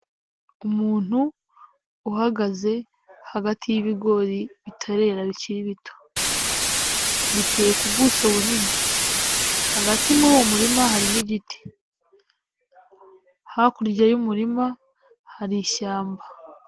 Umuntu uhagaze hagati y'ibigori bitarera bikiri bito, biteye ku guso bunini, hagati muri uwo murima harimo igiti, hakurya y'umurima hari ishyamba.